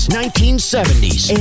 1970s